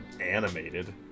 animated